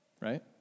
right